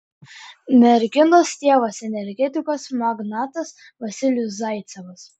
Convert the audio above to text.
merginos tėvas energetikos magnatas vasilijus zaicevas